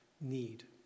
need